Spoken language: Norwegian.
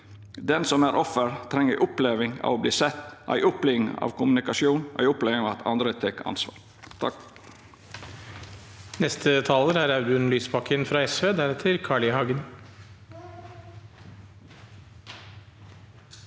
Den som er offer, treng ei oppleving av å verta sett, ei oppleving av kommunikasjon og ei oppleving av at andre tek ansvar. Audun